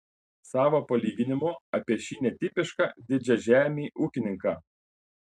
savo palyginimu apie šį netipišką didžiažemį ūkininką